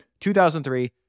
2003